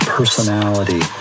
personality